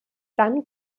dann